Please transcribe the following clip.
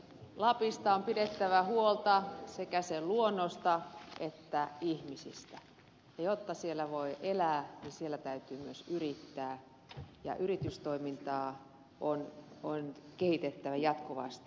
lapista on pidettävä huolta sekä sen luonnosta että ihmisistä ja jotta siellä voi elää siellä täytyy myös yrittää ja yritystoimintaa on kehitettävä jatkuvasti